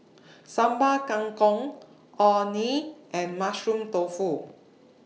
Sambal Kangkong Orh Nee and Mushroom Tofu